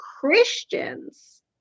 Christians